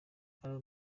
alarm